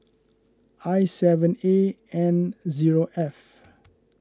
I seven A N zero F